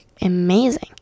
amazing